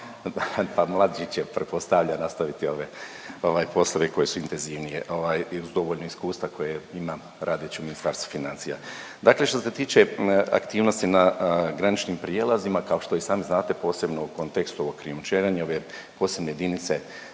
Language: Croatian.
pa mlađi će, pretpostavljam, nastaviti ove, ovaj poslove koje su intenzivnije. Ovaj, uz dovoljno iskustva koje imam radeći u Ministarstvu financija. Dakle što se tiče aktivnosti na graničnim prijelazima, kao što i sami znate, posebno u kontekstu ovog .../Govornik se ne